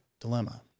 dilemma